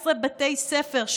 14 בתי ספר,